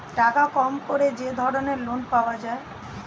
টাকা কম করে যে ধরনের লোন পাওয়া যায়